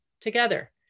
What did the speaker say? together